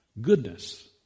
Goodness